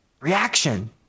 Reaction